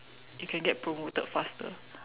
you can get promoted faster